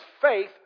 faith